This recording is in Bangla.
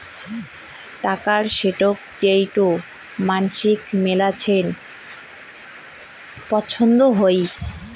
টাকার স্টক যেইটো মানসির মেলাছেন পছন্দ হই